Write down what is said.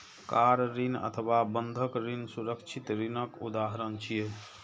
car ऋण अथवा बंधक ऋण सुरक्षित ऋणक उदाहरण छियै